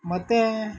ಮತ್ತು